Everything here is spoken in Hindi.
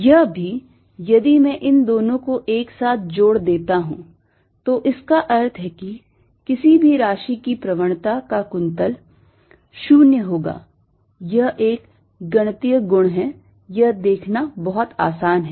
यह भी यदि मैं इन दोनों को एक साथ जोड़ देता हूं तो इसका अर्थ है कि किसी भी राशि की प्रवणता का कुंतल 0 होगा यह एक गणितीय गुण है यह देखना बहुत आसान है